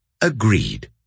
Agreed